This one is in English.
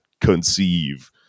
conceive